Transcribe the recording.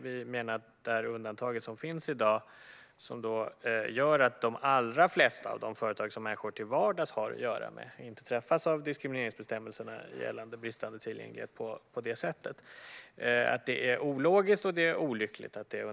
Vi menar att det undantag som finns i dag, som gör att de allra flesta av de företag som människor till vardags har att göra med inte träffas av diskrimineringsbestämmelserna gällande bristande tillgänglighet, är ologiskt och olyckligt.